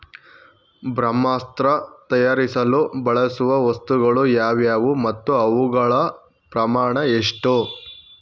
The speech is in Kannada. ಬ್ರಹ್ಮಾಸ್ತ್ರ ತಯಾರಿಸಲು ಬಳಸುವ ವಸ್ತುಗಳು ಯಾವುವು ಮತ್ತು ಅವುಗಳ ಪ್ರಮಾಣ ಎಷ್ಟು?